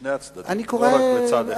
לשני הצדדים, לא רק לצד אחד.